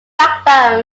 backbone